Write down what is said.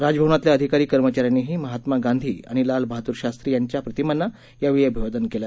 राजभवनातल्या अधिकारी कर्मचाऱ्यांनीही महात्मा गांधी आणि लाल बहाद्र शास्त्री यांच्या प्रतिमांना यावेळी अभिवादन केलं